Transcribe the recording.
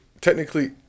technically